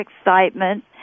excitement